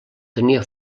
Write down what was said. tenia